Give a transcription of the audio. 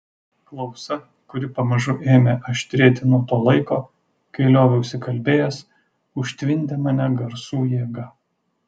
klausa kuri pamažu ėmė aštrėti nuo to laiko kai lioviausi kalbėjęs užtvindė mane garsų jėga